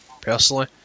personally